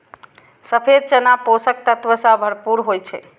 सफेद चना पोषक तत्व सं भरपूर होइ छै